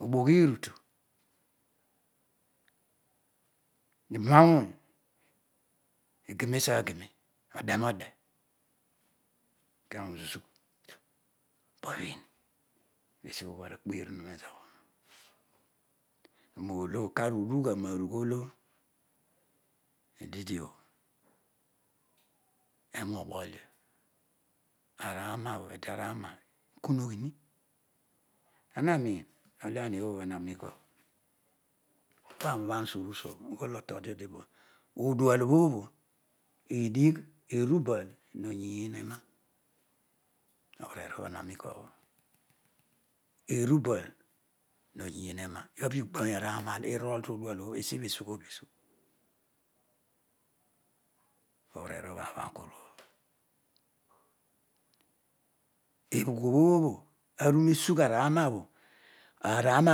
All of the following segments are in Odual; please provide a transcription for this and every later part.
Omoghii rutu ibamawony igenesa gene ede node kami uzu kabhin pesi abol agbe mun ne zobho nolo ukaar urugh anarugh olo ididio bho ewu oboidio araana bho edia ra na bho ikunoghi ana min ookani obho bho ana inin kuabho obho aani uban suo uru kuabho ughool otodi odibo odua obho bho edigh erubal noyin ena nobereer obho ema niin kuabho erubal noyim ena esibho esugho bobisugho nobereer obhobho aani ubhano kuabhe eblug obho bho anusugh nabho owana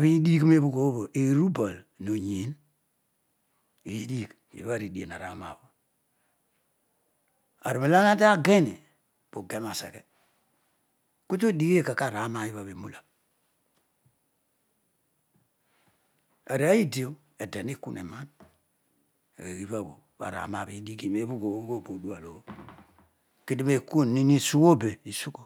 bho idigh ne bugh obho erubal noyin idigh ibhenidien araana bho arunolo ana tageni puge maseghe kuto dighi eko kara ana ibha bho enula arooy idi ide nekui enan iibhabho pawana bho idighi neebhu gho obho aghool bo noduol obho kedio nekuh mimii esugho be isugho